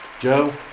Joe